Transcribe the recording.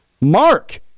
Mark